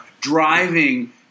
driving